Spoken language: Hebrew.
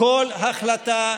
כל החלטה,